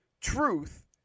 truth